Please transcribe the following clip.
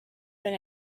been